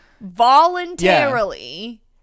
voluntarily